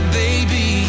baby